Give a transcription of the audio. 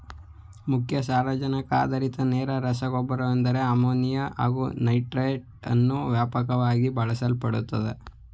ಮುಖ್ಯ ಸಾರಜನಕ ಆಧಾರಿತ ನೇರ ರಸಗೊಬ್ಬರವೆಂದರೆ ಅಮೋನಿಯಾ ಹಾಗು ನೈಟ್ರೇಟನ್ನು ವ್ಯಾಪಕವಾಗಿ ಬಳಸಲ್ಪಡುತ್ತದೆ